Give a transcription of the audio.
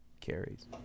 carries